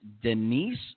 Denise